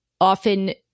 often